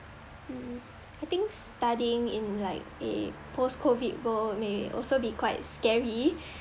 mm I think studying in like a post COVID world may also be quite scary